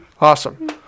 Awesome